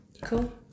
Cool